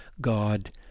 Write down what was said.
God